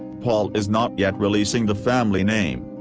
paul is not yet releasing the family name.